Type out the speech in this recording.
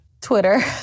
Twitter